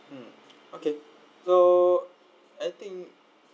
mm okay so I think